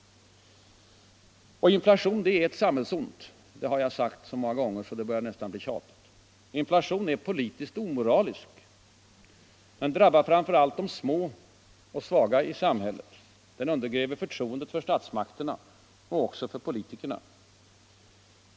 Inflation är ett samhällsont. Det har jag sagt så många gånger att det nästan börjar bli tjatigt. Inflation är politiskt omoralisk. Den drabbar framför allt de små och svaga i samhället. Den undergräver förtroendet för statsmakterna och för politikerna.